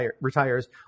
retires